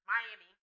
Miami